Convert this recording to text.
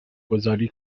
گذاری